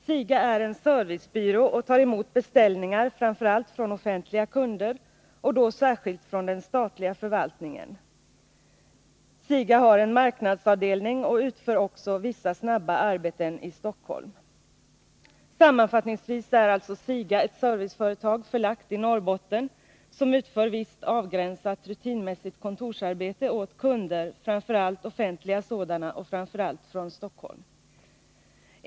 SIGA är en servicebyrå och tar emot beställningar framför allt från offentliga kunder, och då särskilt från den statliga förvaltningen. SIGA har en marknadsavdelning och utför också vissa snabba arbeten i Stockholm. Sammanfattningsvis är alltså SIGA ett serviceföretag, förlagt i Norrbotten, som utför visst avgränsat rutinmässigt kontorsarbete åt kunder, framför allt offentliga sådana och framför allt från Stockholm.